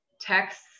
texts